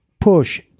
push